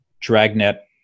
dragnet